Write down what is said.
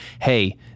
hey